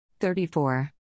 34